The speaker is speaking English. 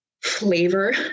flavor